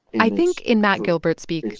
i think in matt gilbert speak,